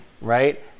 Right